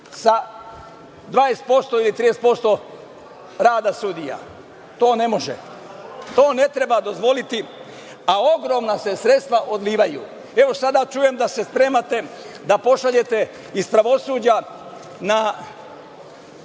sa 20% ili 30% rada sudija. To ne može, to ne treba dozvoliti, a ogromna se sredstva odlivaju. Sada čujem da se spremate da pošaljete iz pravosuđa na